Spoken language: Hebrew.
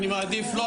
אני מעדיף שלא.